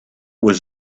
was